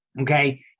okay